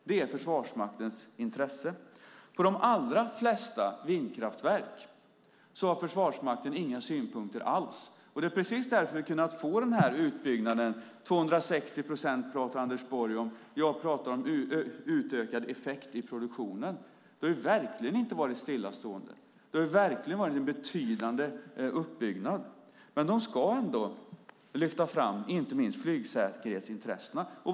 Det är Försvarsmaktens intresse. För de allra flesta vindkraftverk har Försvarsmakten inga synpunkter alls. Det är precis därför vi har kunnat få den här utbyggnaden. 260 procent pratade Anders Borg om. Jag pratar om utökad effekt i produktionen. Det har verkligen inte varit stillastående. Det har verkligen varit en betydande uppbyggnad. Men Försvarsmakten ska ändå lyfta fram inte minst flygsäkerhetsintressena.